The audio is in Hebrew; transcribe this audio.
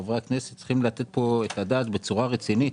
אנחנו חברי הכנסת צריכים לתת את הדעת בצורה רצינית